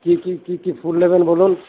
কি কি কি কি ফুল নেবেন বলুন